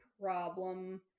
problem